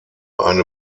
eine